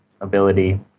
ability